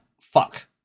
fuck